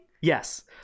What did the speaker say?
Yes